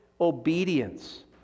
obedience